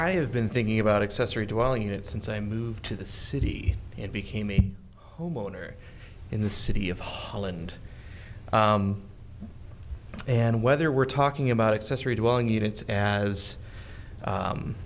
i have been thinking about accessory dwelling unit since i moved to the city and became a homeowner in the city of holland and whether we're talking about accessory to all units as